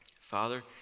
Father